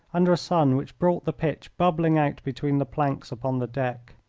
under a sun which brought the pitch bubbling out between the planks upon the deck.